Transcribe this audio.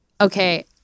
okay